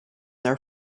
their